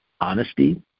honesty